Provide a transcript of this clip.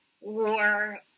war